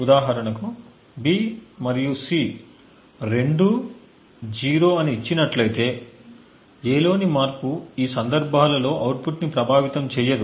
ఉదాహరణకు B మరియు C రెండూ 0 అని ఇచ్చినట్లయితే A లోని మార్పు ఈ సందర్భాలలో అవుట్పుట్ని ప్రభావితం చేయదు